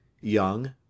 young